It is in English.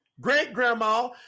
great-grandma